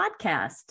Podcast